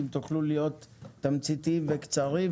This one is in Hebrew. אם תוכלו להיות תמציתיים וקצרים,